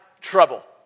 trouble